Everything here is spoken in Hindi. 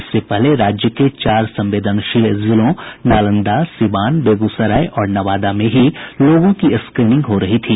इससे पहले राज्य के चार संवेदनशील जिलों नालंदा सीवान बेगूसराय और नवादा में ही लोगों की स्क्रीनिंग हो रही थी